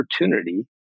opportunity